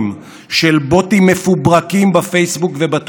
מדובר בחיזוק הבית